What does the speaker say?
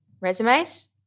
resumes